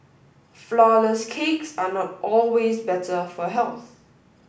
flour less cakes are not always better for health